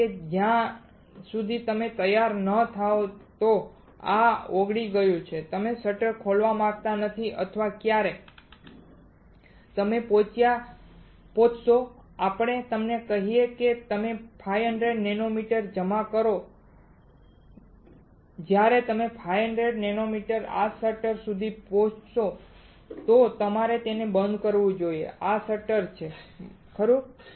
કારણ કે જ્યાં સુધી તમે તૈયાર ન થાઓ કે આ ઓગળી ગયું છે તમે શટર ખોલવા માંગતા નથી અથવા ક્યારે તમે પહોંચો આપણે તમને કહીએ કે તમે 500 નેનોમીટર જમા કરો જ્યારે તમે 500 નેનોમીટર આ શટર સુધી પહોંચો તો તમારે તેને બંધ કરવું જોઈએ આ શટર છે ખરું